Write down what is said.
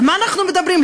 על מה אנחנו מדברים?